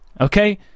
okay